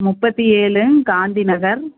முப்பத்து ஏழு காந்தி நகர்